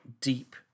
deep